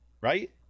right